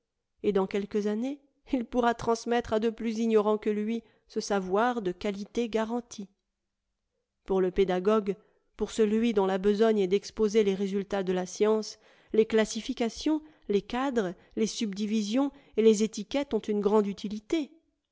et dans quelques années il pourra transmettre à de plus ignorants que lui ce savoir de quahté garantie pour le pédagogue pour celui dont la besogne est d'exposer les résultats de la science les classifications les cadres les subdivisions et les étiquettes ont une grande utilité